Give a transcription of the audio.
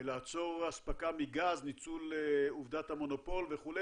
לעצור אספקה מגז, ניצול עובדת המונופול וכו',